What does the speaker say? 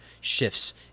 shifts